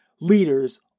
leaders